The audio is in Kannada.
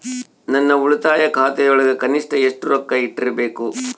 ನನ್ನ ಉಳಿತಾಯ ಖಾತೆಯೊಳಗ ಕನಿಷ್ಟ ಎಷ್ಟು ರೊಕ್ಕ ಇಟ್ಟಿರಬೇಕು?